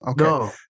Okay